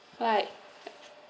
alright